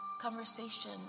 conversation